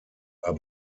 war